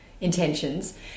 intentions